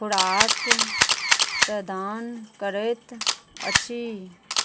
खोराक प्रदान करैत अछि